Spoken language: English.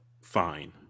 fine